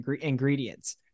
ingredients